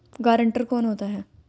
Guarantor कौन होता है?